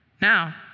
Now